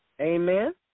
Amen